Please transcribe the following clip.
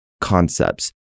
concepts